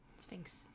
Sphinx